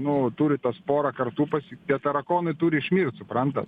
nu turi tas porą kartų pasi tie tarakonai turi išmirt suprantat